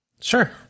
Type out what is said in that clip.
Sure